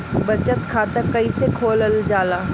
बचत खाता कइसे खोलल जाला?